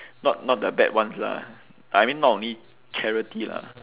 not not the bad ones lah I mean not only charity lah